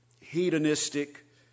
hedonistic